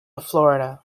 florida